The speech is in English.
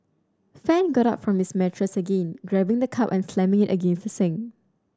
Fan got up from his mattress again grabbing the cup and slamming it against the sink